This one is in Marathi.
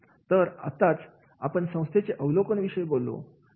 तर आत्ताच आपण संस्थेचे अवलोकन विषयी बोललो